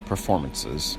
performances